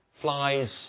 flies